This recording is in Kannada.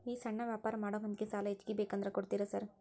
ಈ ಸಣ್ಣ ವ್ಯಾಪಾರ ಮಾಡೋ ಮಂದಿಗೆ ಸಾಲ ಹೆಚ್ಚಿಗಿ ಬೇಕಂದ್ರ ಕೊಡ್ತೇರಾ ಸಾರ್?